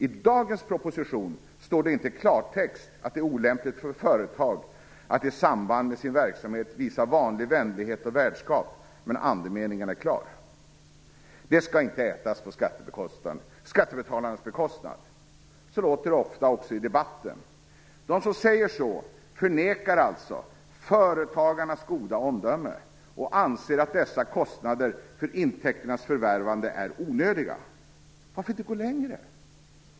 I dagens proposition står det inte i klartext att det är olämpligt för företag att i samband med sin verksamhet visa vanlig vänlighet och värdskap, men andemeningen är klar. Det skall inte ätas på skattebetalarnas bekostnad! Så låter det ofta också i debatten. De som säger så förnekar alltså företagarnas goda omdöme och anser att dessa kostnader för intäkternas förvärvande är onödiga. Varför inte gå längre?